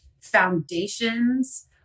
foundations